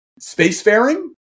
spacefaring